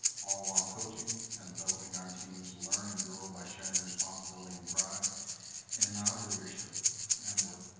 all while coaching and developing our teams to learn and grow by sharing responsibility and pride in our leadership and work.